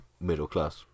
middle-class